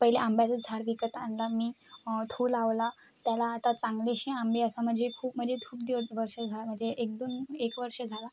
पहिले आंब्याचं झाड विकत आणला मी तो लावला त्याला आता चांगलीशी आंबे आता म्हणजे खूप म्हणजे खूप दिवस वर्ष झा म्हणजे एक दोन एक वर्षं झाला